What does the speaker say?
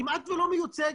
כמעט שלא מיוצגת,